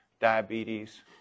diabetes